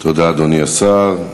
תודה, אדוני השר.